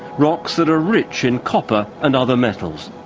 rocks that are rich in copper and other metals.